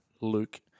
Luke